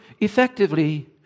effectively